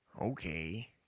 Okay